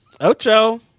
Ocho